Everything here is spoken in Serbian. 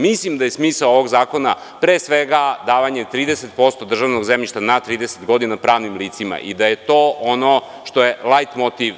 Mislim da je smisao ovog zakona pre svega davanje 30% državnog zemljišta na 30 godina pravnim licima i da je to ono što je lajt motiv.